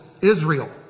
Israel